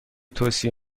توصیه